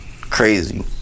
Crazy